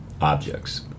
objects